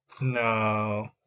No